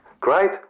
Great